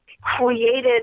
created